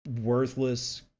worthless